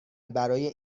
برای